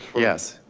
yes.